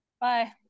bye